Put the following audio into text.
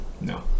No